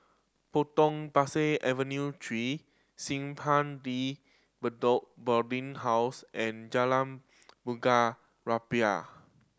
Potong Pasir Avenue Three Simpang De Bedok Boarding House and Jalan Bunga Rampai